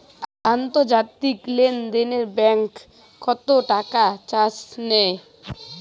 আন্তর্জাতিক লেনদেনে ব্যাংক কত টাকা চার্জ নেয়?